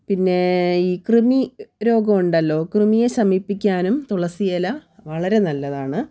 പിന്നെ ഈ കൃമി രോഗം ഉണ്ടല്ലോ കൃമിയെ ശമിപ്പിക്കാനും തുളസിയില വളരെ നല്ലതാണ്